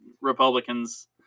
Republicans